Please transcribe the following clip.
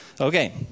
Okay